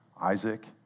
Isaac